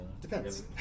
Depends